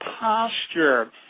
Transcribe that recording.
posture